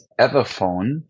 Everphone